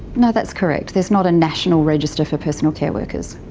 no that's correct, there's not a national register for personal care workers.